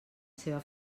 seva